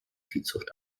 viehzucht